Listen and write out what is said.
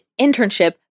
internship